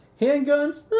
Handguns